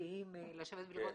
המשפטיים לשבת ולראות.